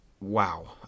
Wow